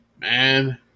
man